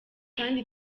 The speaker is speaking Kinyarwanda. kandi